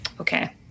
Okay